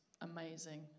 amazing